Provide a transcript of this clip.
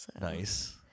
Nice